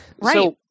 right